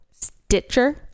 Stitcher